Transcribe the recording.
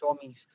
Tommy's